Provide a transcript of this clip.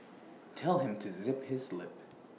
tell him to zip his lip